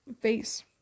face